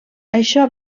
això